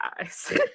eyes